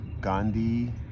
Gandhi